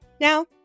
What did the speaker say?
Now